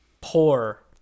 poor